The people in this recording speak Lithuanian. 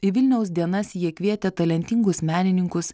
į vilniaus dienas jie kvietė talentingus menininkus